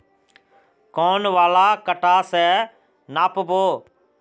कौन वाला कटा से नाप बो?